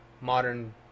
modern